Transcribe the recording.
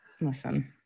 listen